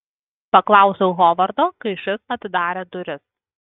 paklausiau hovardo kai šis atidarė duris